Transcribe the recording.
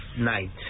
night